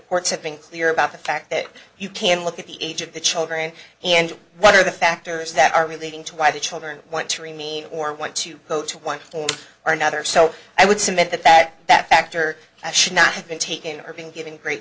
courts have been clear about the fact that you can look at the age of the children and what are the factors that are relating to why the children want to remain or want to go to one or another so i would submit that that that factor should not have been taken or been given great